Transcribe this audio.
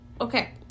okay